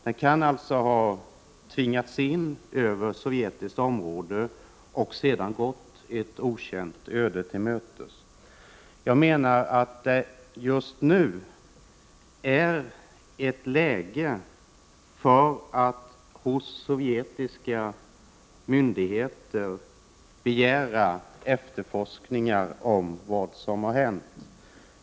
Den kan alltså ha tvingats in över sovjetiskt område för att sedan gå ett okänt öde till mötes. Just nu är det läge att hos sovjetiska myndigheter begära efterforskningar av vad som har hänt.